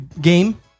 game